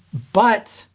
but!